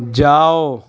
جاؤ